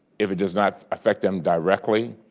if it does not affect them directly,